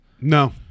No